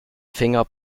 finger